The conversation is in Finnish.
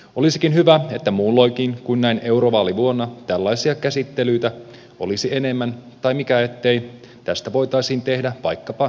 olisikin hyvä että muulloinkin kuin näin eurovaalivuonna tällaisia käsittelyitä olisi enemmän tai mikä ettei tästä voitaisiin tehdä vaikkapa jokavuotinen perinne